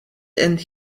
and